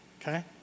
Okay